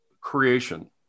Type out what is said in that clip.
creation